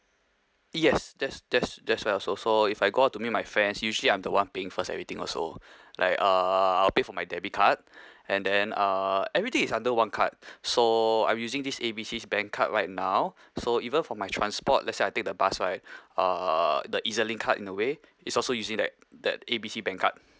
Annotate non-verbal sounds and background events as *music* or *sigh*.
yes that's that's that's well also so if I go out to meet my friends usually I'm the one paying first everything also like uh I'll pay from my debit card and then uh everything is under one card *breath* so I'm using this A B C's bank card right now so even for my transport let's say I take the bus right uh the ezlink card in a way is also using that that A B C bank card